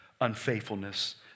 unfaithfulness